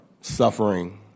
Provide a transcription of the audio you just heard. suffering